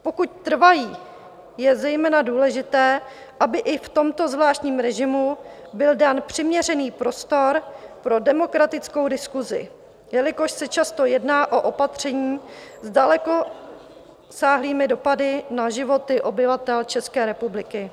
Pokud trvají, je zejména důležité, aby i v tomto zvláštním režimu byl dán přiměřený prostor pro demokratickou diskusi, jelikož se často jedná o opatření s dalekosáhlými dopady na životy obyvatel České republiky.